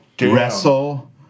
wrestle